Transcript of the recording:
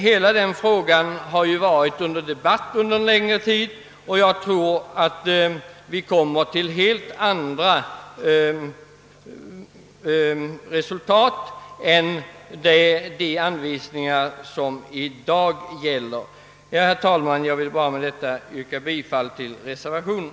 Hela denna fråga har ju varit under debatt en längre tid, och jag tror att vi så småningom kommer till helt andra resultat än dem som i dag gällande anvisningar ger. Herr talman! Jag ber att med dessa ord få yrka bifall till reservationen.